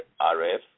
RF